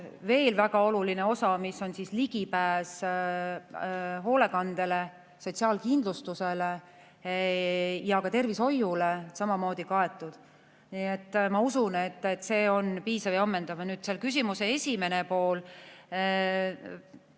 Veel väga oluline osa, ligipääs hoolekandele, sotsiaalkindlustusele ja ka tervishoiule, on samamoodi kaetud. Nii et ma usun, et see on piisav ja ammendav. Nüüd küsimuse esimene pool.